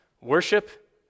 Worship